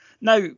Now